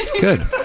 Good